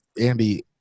Andy